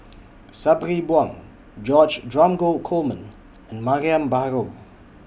Sabri Buang George Dromgold Coleman and Mariam Baharom